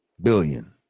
billion